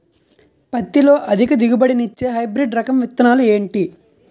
పత్తి లో అధిక దిగుబడి నిచ్చే హైబ్రిడ్ రకం విత్తనాలు ఏంటి